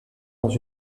dans